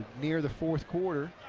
near the fourth quarter,